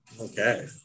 Okay